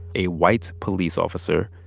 a white police officer,